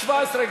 17,